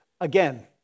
again